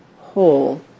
whole